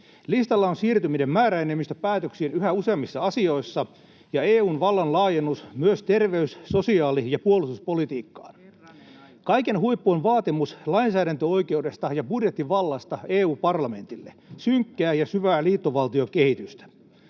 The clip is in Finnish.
Listalla on siirtyminen määräenemmistöpäätöksiin yhä useammissa asioissa ja EU:n vallan laajennus myös terveys-, sosiaali- ja puolustuspolitiikkaan. [Perussuomalaisten ryhmästä: Herranen aika!] Kaiken huippu on vaatimus lainsäädäntöoikeudesta ja budjettivallasta EU-parlamentille — synkkää ja syvää liittovaltiokehitystä.